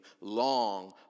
long